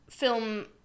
film